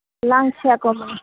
लाङ्साको